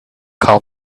call